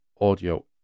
audio